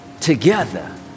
together